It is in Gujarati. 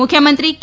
મુખ્યમંત્રી કે